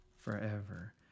Forever